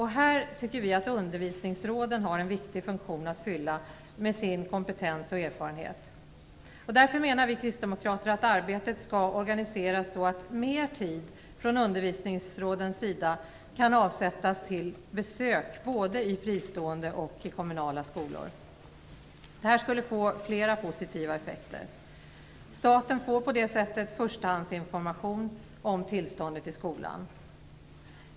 Här tycker vi att undervisningsråden har en viktig funktion att fylla med sin kompetens och erfarenhet. Därför menar vi kristdemokrater att arbetet skall organiseras så att mer tid från undervisningsrådens sida kan avsättas till besök både i fristående och i kommunala skolor. Det skulle få flera positiva effekter. Staten får på det sättet förstahandsinformation om tillståndet i skolan.